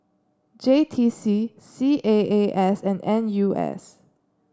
J T C C A A S and N U S